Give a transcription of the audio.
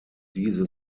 diese